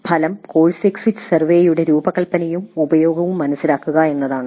ഫലം "course exit സർവേയുടെ രൂപകൽപ്പനയും ഉപയോഗവും മനസിലാക്കുക" എന്നതാണ്